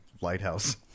lighthouse